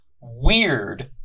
weird